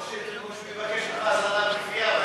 או שהוא יבקש ממך הזנה בכפייה,